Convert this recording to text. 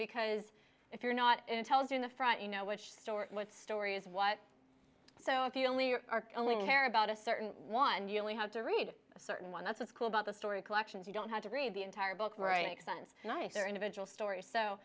because if you're not tells you in the front you know which store what stories what so if you only are only care about a certain one you only have to read a certain one that's what's cool about the story collections you don't have to read the entire book right sense nice or individual stor